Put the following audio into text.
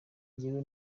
njyewe